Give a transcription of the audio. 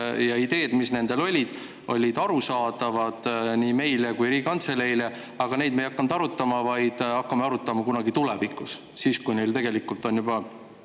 ja ideed, mis nendel olid, olid arusaadavad nii meile kui ka Riigikantseleile, aga neid me ei hakanud arutama, vaid hakkame arutama kunagi tulevikus, siis, kui tegelikult kehtivad